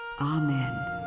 Amen